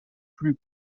plus